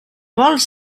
vols